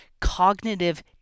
cognitive